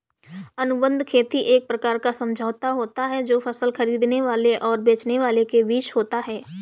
अनुबंध खेती एक प्रकार का समझौता होता है जो फसल खरीदने वाले और बेचने वाले के बीच होता है